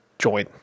join